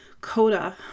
coda